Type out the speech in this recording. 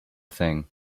thing